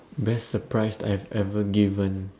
best surprise that I have ever given